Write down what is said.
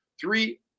three